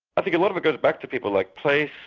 i think a lot of it goes back to people like place,